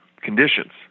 conditions